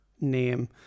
name